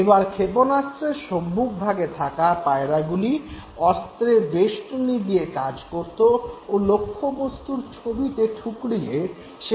এবার ক্ষেপণাস্ত্রের সম্মুখভাগে থাকা পায়রাগুলি অস্ত্রের বেষ্টনী নিয়ে কাজ করত ও লক্ষ্যবস্তুর ছবিতে ঠুকরিয়ে সেটিকে তার দিকে চালিত করত